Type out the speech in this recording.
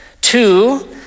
Two